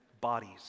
bodies